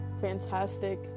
fantastic